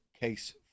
Case